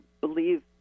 believe